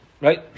Right